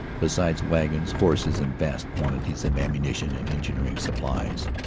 besides wagons, horses, and vast quantities of ammuni tion and engineering supplies.